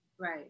Right